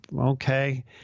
okay